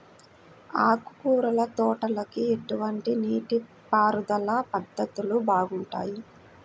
ఆకుకూరల తోటలకి ఎటువంటి నీటిపారుదల పద్ధతులు బాగుంటాయ్?